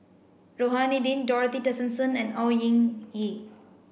Rohani Din Dorothy Tessensohn and Au Hing Yee